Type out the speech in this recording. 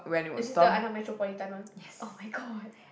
is this the under metropolitan one [oh]-my-god